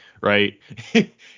Right